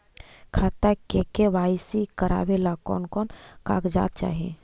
खाता के के.वाई.सी करावेला कौन कौन कागजात चाही?